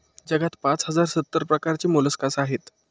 जगात पाच हजार सत्तर प्रकारचे मोलस्कास आहेत